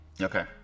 Okay